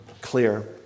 clear